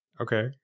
okay